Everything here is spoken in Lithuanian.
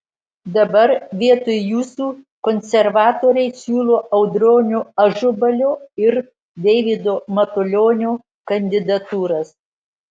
dabar vietoj jūsų konservatoriai siūlo audronio ažubalio ir deivido matulionio kandidatūras